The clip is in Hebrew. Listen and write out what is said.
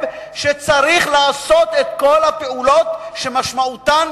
שצריך לעשות את כל הפעולות שמשמעותן,